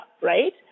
right